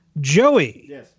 Joey